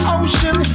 ocean